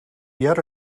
yet